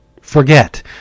forget